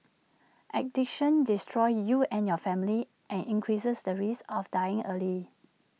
addiction destroys you and your family and increases the risk of dying early